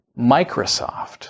Microsoft